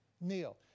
Neil